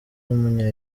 w’umunya